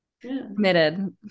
Committed